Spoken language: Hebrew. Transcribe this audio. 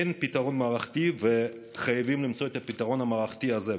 אין פתרון מערכתי וחייבים למצוא את הפתרון המערכתי הזה.